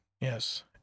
Yes